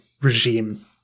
regime